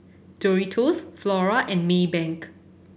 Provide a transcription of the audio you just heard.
Doritos Flora and Maybank